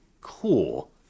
cool